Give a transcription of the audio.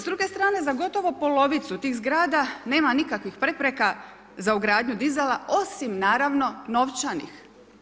S druge strane za gotovo polovicu tih zgrada nema nikakvih prepreka za ugradnju dizala osim naravno novčanih.